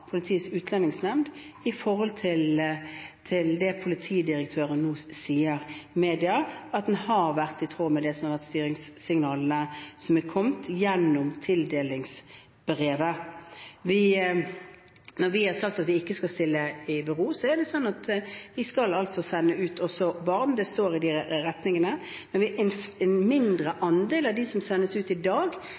i tråd med de styringssignalene som har kommet gjennom tildelingsbrevet. Når vi har sagt at vi ikke stiller sakene i bero, betyr det at vi også skal sende ut barn. Det står i retningslinjene, men en mindre andel av de som sendes ut i dag,